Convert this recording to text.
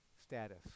status